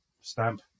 stamp